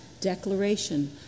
Declaration